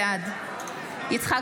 בעד יצחק